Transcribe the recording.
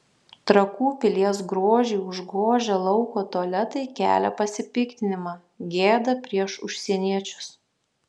trakų pilies grožį užgožę lauko tualetai kelia pasipiktinimą gėda prieš užsieniečius